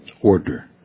order